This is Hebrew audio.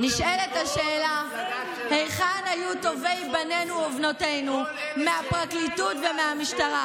ונשאלת השאלה היכן היו טובי בנינו ובנותינו מהפרקליטות ומהמשטרה,